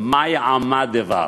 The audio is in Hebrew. מאי עמא דבר,